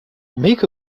make